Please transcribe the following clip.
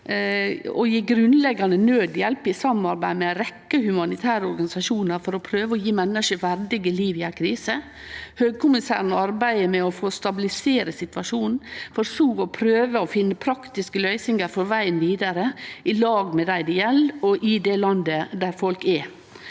og gjev grunnleggande naudhjelp i samarbeid med ei rekkje humanitære organisasjonar for å prøve å gje menneske eit verdig liv i ei krise. Høgkommissæren arbeider med å stabilisere situasjonen, for så å prøve å finne praktiske løysingar for vegen vidare, i lag med dei det gjeld, og i